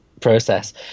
process